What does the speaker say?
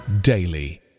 daily